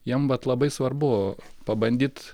jiem vat labai svarbu pabandyt